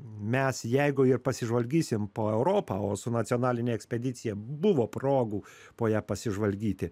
mes jeigu ir pasižvalgysim po europą o su nacionaline ekspedicija buvo progų po ją pasižvalgyti